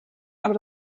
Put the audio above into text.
aber